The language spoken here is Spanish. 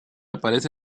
aparece